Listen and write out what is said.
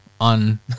on